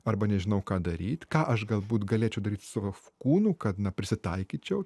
arba nežinau ką daryt ką aš galbūt galėčiau daryt su savo kūnu kad na prisitaikyčiau